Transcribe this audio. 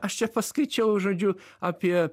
aš čia paskaičiau žodžiu apie